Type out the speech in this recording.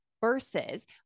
versus